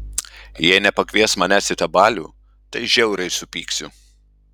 jei nepakvies manęs į tą balių tai žiauriai supyksiu